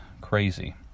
crazy